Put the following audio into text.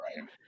right